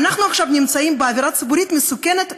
אנחנו עכשיו נמצאים באווירה ציבורית מסוכנת ביותר.